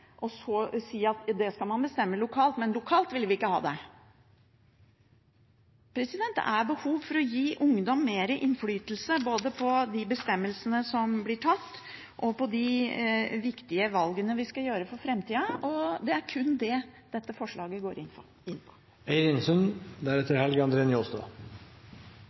og så si at det skal man bestemme lokalt, men lokalt vil man ikke ha det. Det er behov for å gi ungdom mer innflytelse både på de bestemmelsene som blir tatt, og på de viktige valgene vi skal gjøre for framtida, og det er kun det man i dette forslaget går inn for.